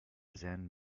zen